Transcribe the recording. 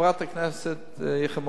חברת הכנסת יחימוביץ,